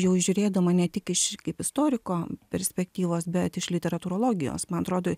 jau žiūrėdama ne tik iš istoriko perspektyvos bet iš literatūrologijos man atrodo